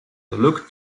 looked